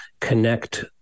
connect